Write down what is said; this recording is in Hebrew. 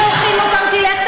שולחים אותם: תלך,